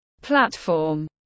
platform